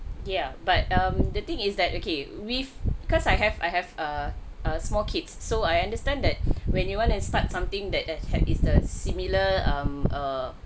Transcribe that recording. yeah but um the thing is that okay with because I have I have a a small kids so I understand that when you want to start something that has had is the similar um err